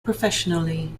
professionally